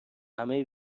همه